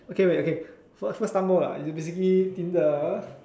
okay wait okay first not stumble lah it's basically tinder